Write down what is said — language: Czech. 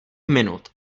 minut